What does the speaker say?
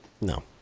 No